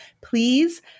please